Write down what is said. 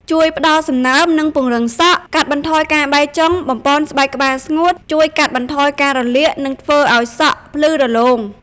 ជួយផ្តល់សំណើម និងពង្រឹងសក់ កាត់បន្ថយការបែកចុង បំប៉នស្បែកក្បាលស្ងួត ជួយកាត់បន្ថយការរលាក និងធ្វើឲ្យសក់ភ្លឺរលោង។